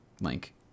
link